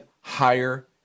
higher